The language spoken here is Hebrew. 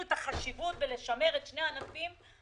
את החשיבות לשמר את שני הענפים הללו,